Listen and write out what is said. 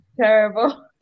Terrible